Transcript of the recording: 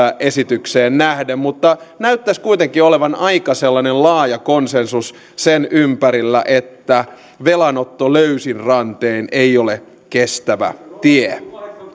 esitykseen nähden mutta näyttäisi kuitenkin olevan sellainen aika laaja konsensus sen ympärillä että velanotto löysin rantein ei ole kestävä tie